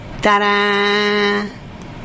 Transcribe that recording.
Ta-da